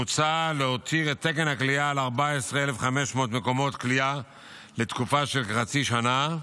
מוצע להותיר את תקן הכליאה על 14,500 מקומות כליאה לתקופה של כחצי שנה,